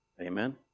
Amen